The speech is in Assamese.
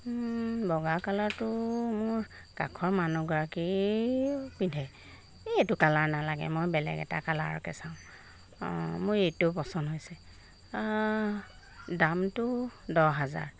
বগা কালাৰটো মোৰ কাষৰ মানুহগৰাকী পিন্ধে এই এইটো কালাৰ নালাগে মই বেলেগ এটা কালাৰকে চাওঁ মোৰ এইটো পচন্দ হৈছে দামটো দহ হাজাৰ